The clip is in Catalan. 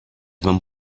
van